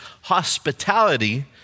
hospitality